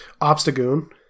Obstagoon